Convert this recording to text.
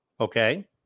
okay